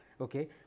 Okay